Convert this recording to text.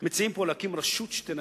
שמה לאל